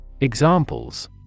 Examples